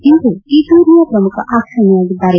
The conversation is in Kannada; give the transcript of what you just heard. ಸಿಂಧು ಈ ಟೂರ್ನಿಯ ಪ್ರಮುಖ ಆಕರ್ಷಣೆಯಾಗಿದ್ದಾರೆ